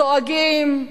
דואגים,